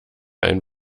ein